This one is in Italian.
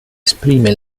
esprime